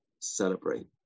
celebrate